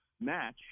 match